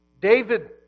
David